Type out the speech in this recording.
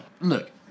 look